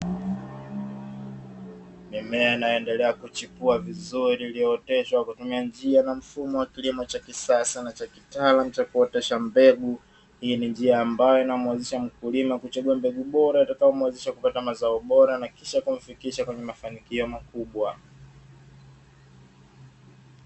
Mimea inayoendelea kuchipuwa vizuri iliyooteshwa kwa kutumia njia na mfumo wa kilimo cha kisasa cha kitaalamu cha kuotesha mbegu, hii ni njia ambayo inamwezesha mkulima kuchaguwa mbegu bora itakayomuwezesha kupata mazao bora na kisha kumfikisha kwenye mafanikio makubwa.